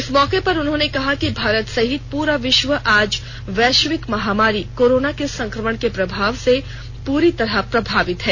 इस मौके पर उन्होंने कहा कि भारत सहित पूरा विष्व आज वैष्विक महामारी कोरोना के संक्रमण के प्रभाव से पूरी तरह प्रभावित है